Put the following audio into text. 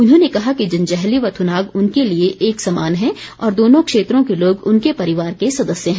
उन्होंने कहा कि जंजैहली व थुनाग उनके लिए एक समान हैं और दोनों क्षेत्रों के लोग उनके परिवार के सदस्य हैं